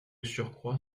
surcroît